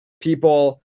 people